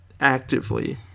actively